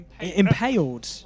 Impaled